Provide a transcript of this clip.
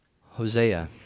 Hosea